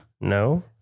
No